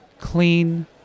clean